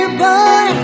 boy